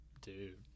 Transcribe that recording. dude